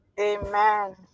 amen